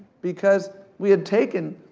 because we had taken,